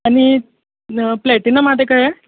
आनी प्लॅटिनम आहा ते कहें